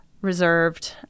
reserved